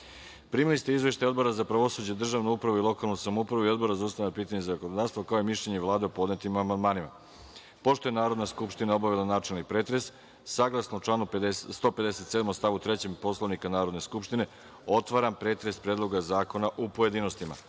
ste izveštaje Odbora za pravosuđe, državnu upravu i lokalnu samoupravu i Odbora za ustavna pitanja i zakonodavstvo, kao i mišljenje Vlade o podnetim amandmanima. Pošto je Narodna skupština obavila načelni pretres, saglasno članu 157. stav 3. Poslovnika Narodne skupštine, otvaram pretres Predloga zakona u pojedinostima. Na